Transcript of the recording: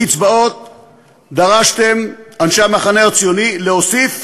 לקצבאות דרשתם, אנשי המחנה הציוני, להוסיף